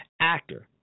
actor